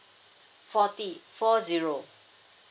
forty four zero